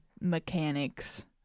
mechanics